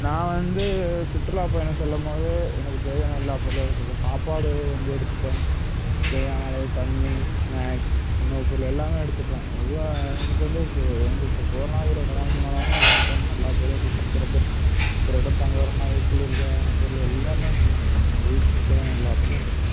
நான் வந்து சுற்றுலா பயணம் செல்லும்போது எனக்கு தேவையான எல்லாப் பொருளும் எடுத்துப்பேன் சாப்பாடு வந்து எடுத்துப்பேன் தேவையான அளவு தண்ணீர் ஸ்நாக்ஸ் உணவு பொருள் எல்லாம் எடுத்துப்பேன் எதுவும் நமக்கு வந்து இப்போ வந்து இப்போ போகிறோன்னா ஒரு ரெண்டு நாள் மூணு நாள் ஆகுன்னா அதுக்கு தகுந்த மாரி நான் எல்லா பொருளும் எடுத்து ஒரு இடத்துக்கு வரோம்ன்னா அது குளிருக்கு தேவையான பொருள் எல்லாம் எடுத்துக்கணும் நமக்கு தேவையான எல்லா பொருளையும் எடுத்துக்கணும்